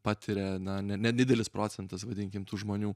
patiria na ne nedidelis procentas vadinkim tų žmonių